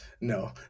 No